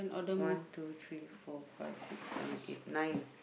one two three four five six seven eight nine